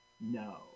No